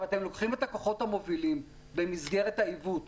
אתם לוקחים את הכוחות המובילים במסגרת העיוות,